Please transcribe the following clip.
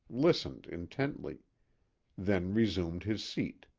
listened intently then resumed his seat.